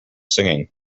singing